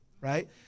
right